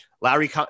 Larry